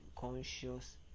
conscious